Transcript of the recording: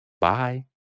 bye